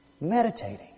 meditating